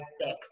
six